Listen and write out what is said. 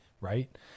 right